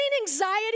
anxiety